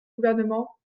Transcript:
gouvernement